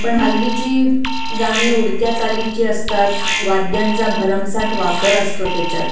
पण हल्लीची गाणी उडत्या चालीची असतात वाद्यांचा भरमसाठ वापर असतो त्याच्यात